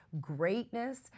greatness